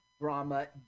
drama